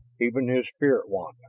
even his spirit wand.